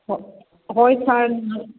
ꯍꯣꯏ ꯑꯩꯈꯣꯏ ꯁꯥꯔꯅ